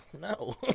No